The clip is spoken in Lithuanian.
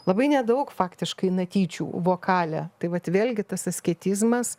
labai nedaug faktiškai natyčių vokale tai vat vėlgi tas asketizmas